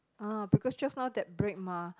ah because just now that break mah